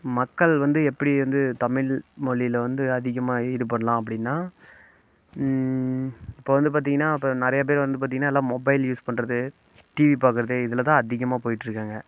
மக்கள் வந்து எப்படி வந்து தமிழ்மொழியில் வந்து அதிகமாக ஈடுபடலாம் அப்படினா இப்போ வந்து பார்த்தீங்கனா இப்போ நிறைய பேர் வந்து பார்த்தீங்கனா எல்லாம் மொபைல் யூஸ் பண்ணுறது டிவி பார்க்குறது இதில் தான் அதிகமாக போய்விட்டு இருக்காங்க